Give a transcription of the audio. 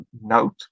note